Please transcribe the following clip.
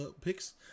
picks